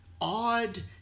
odd